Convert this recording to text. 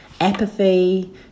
apathy